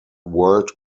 world